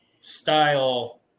style